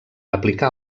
aplicar